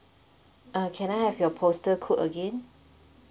uh can I have your postal code again